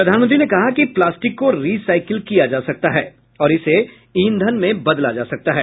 प्रधानमंत्री ने कहा कि प्लास्टिक को रिसाइकिल किया जा सकता है और इसे ईंधन में बदला जा सकता है